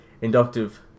Inductive